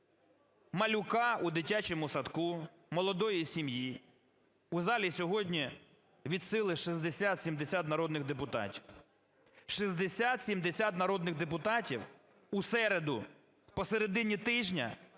малюка у дитячому садку, молодої сім'ї. У залі сьогодні від сили 60-70 народних депутатів. 60-70 народних депутатів у середу, посередині тижня,